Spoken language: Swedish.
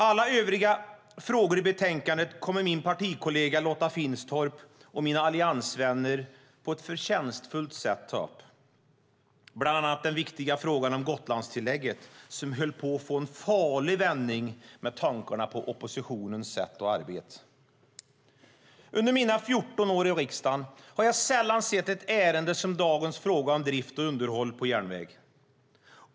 Alla övriga frågor i betänkandet kommer min partikollega Lotta Finstorp och mina andra alliansvänner att ta upp på ett förtjänstfullt sätt, bland annat den viktiga frågan om Gotlandstillägget, som höll på att få en farlig vändning med tanke på oppositionens sätt att arbeta. Under mina 14 år i riksdagen har jag sällan sett ett ärende som dagens fråga om drift och underhåll på järnväg.